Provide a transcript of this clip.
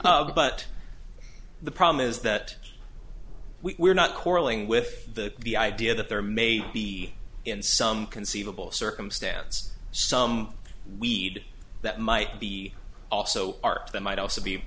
but the problem is that we're not quarreling with the the idea that there may be in some conceivable circumstance some weed that might be also art that might also be